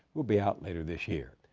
will be out later this year.